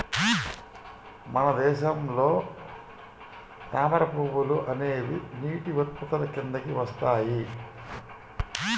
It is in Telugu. మన దేశంలో తామర పువ్వులు అనేవి నీటి ఉత్పత్తుల కిందికి వస్తాయి